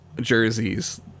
jerseys